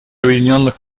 объединенных